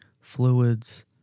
fluids